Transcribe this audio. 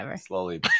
Slowly